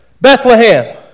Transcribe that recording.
Bethlehem